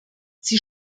sie